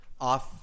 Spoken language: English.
off